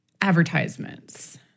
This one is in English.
advertisements